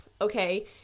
okay